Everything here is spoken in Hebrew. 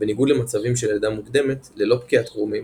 בניגוד למצבים של לידה מוקדמת ללא פקיעת קרומים,